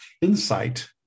insight